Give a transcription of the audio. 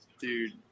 Dude